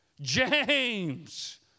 James